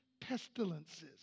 pestilences